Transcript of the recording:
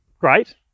great